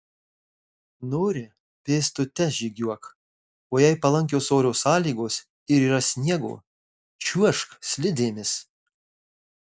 nori pėstute žygiuok o jei palankios oro sąlygos ir yra sniego čiuožk slidėmis